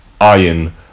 iron